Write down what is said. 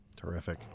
Terrific